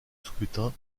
scrutin